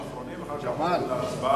האחרונים, ואחר כך עוברים להצבעה.